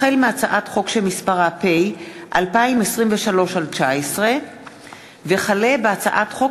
החל בהצעת חוק פ/19/2023 וכלה בהצעת חוק